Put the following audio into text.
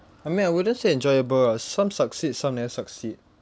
I mean I wouldn't say enjoyable lah some succeed some never succeed